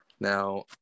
Now